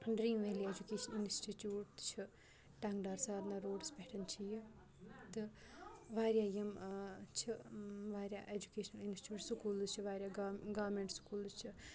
dream valley educational institute چھِ ٹنٛگڑار سادنہ روڈَس پٮ۪ٹھ چھِ یہِ تہٕ واریاہ یِم چھِ واریاہ اٮ۪جوکیشنَل اِنَسچوٗٹ سکوٗلٕز چھِ واریاہ گو گورمینٛٹ سکوٗلٕز چھِ